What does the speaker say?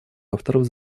авторов